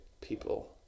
people